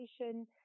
education